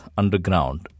underground